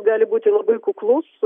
gali būti labai kuklus